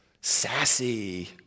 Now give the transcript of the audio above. Sassy